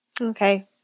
Okay